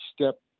step